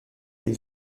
les